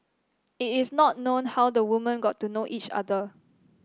it is not known how the women got to know each other